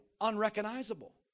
unrecognizable